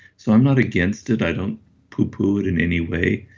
so i'm not against it, i don't poo poo it in any way,